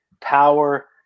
power